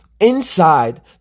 Inside